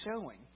showing